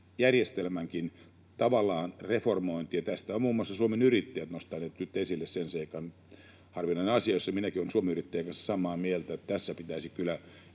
eläkejärjestelmänkin reformointi, ja tästä on muun muassa Suomen Yrittäjät nostanut nyt esille sen seikan — harvinainen asia, jossa minäkin olen Suomen Yrittäjien kanssa samaa mieltä — että tässä pitäisi kyllä